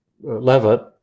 Levitt